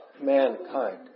mankind